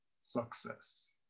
success